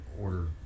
order